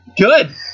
Good